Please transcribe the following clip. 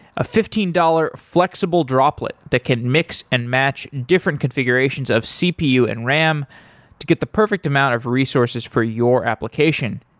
a fifteen dollars flexible droplet that can mix and match different configurations of cpu and ram to get the perfect amount of resources for your application.